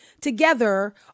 together